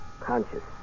conscious